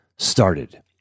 Started